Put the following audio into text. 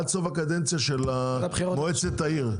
עד סוף הקדנציה של מועצת העיר.